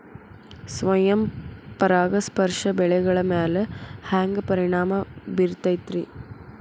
ಸ್ವಯಂ ಪರಾಗಸ್ಪರ್ಶ ಬೆಳೆಗಳ ಮ್ಯಾಲ ಹ್ಯಾಂಗ ಪರಿಣಾಮ ಬಿರ್ತೈತ್ರಿ?